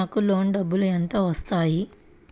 నాకు లోన్ డబ్బులు ఎంత వస్తాయి?